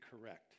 correct